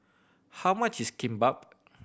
how much is Kimbap